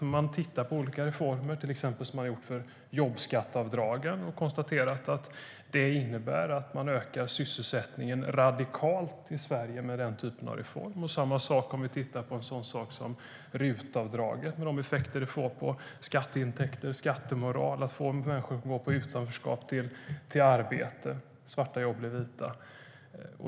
Men man tittar på olika reformer, till exempel som man har gjort när det gäller jobbskatteavdragen, och har konstaterat att det innebär att man ökar sysselsättningen radikalt i Sverige med den typen av reform. Samma sak gäller RUT-avdraget med de effekter som det får på skatteintäkter och skattemoral. Man får människor att gå från utanförskap till arbete, och svarta jobb blir vita.